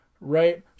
right